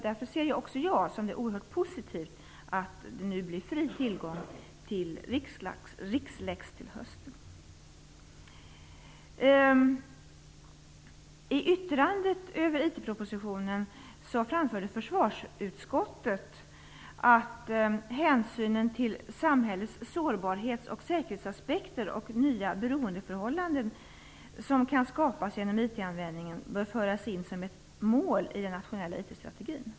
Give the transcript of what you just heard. Därför ser också jag det som oerhört positivt att tillgången till Rixlex blir fri till hösten. propositionen att hänsyn till samhällets säkerhets och sårbarhetsaspekter och till nya beroendeförhållanden som kan skapas genom IT-användningen bör föras in som ett mål i en nationell IT-strategi.